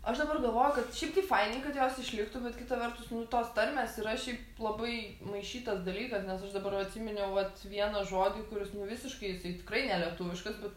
aš dabar galvoju kad šiaip tai fainiai kad jos išliktų bet kita vertus tos tarmės yra šiaip labai maišytas dalykas nes aš dabar va atsiminiau vat vieną žodį kuris nu visiškai jisai tikrai nelietuviškas bet